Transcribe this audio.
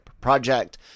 Project